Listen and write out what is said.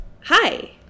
hi